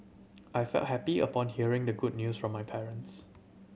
I felt happy upon hearing the good news from my parents